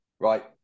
right